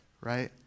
right